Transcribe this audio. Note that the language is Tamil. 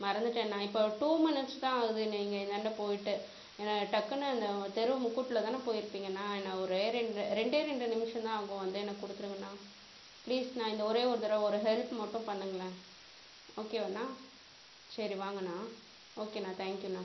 மறந்துட்டேண்ணா இப்போ டூ மினிட்ஸ் தான் ஆகுது நீங்கள் இந்தாண்ட போயிட்டு என்ன டக்குனு இந்த தெரு முக்குட்ல தான் போயிருப்பிங்கண்ணா என்ன ஒரே ரெண்ட் ரெண்டே இரண்டு நிமிஷ தான் ஆகும் வந்து எனக்கு கொடுத்துருங்கண்ணா ப்ளீஸ்ண்ணா இந்த ஒரே ஒரு தடவை ஒரு ஹெல்ப் மட்டும் பண்ணுங்களேன் ஓகேவாண்ணா சரி வாங்கண்ணா ஓகேண்ணா தேங்க்யூண்ணா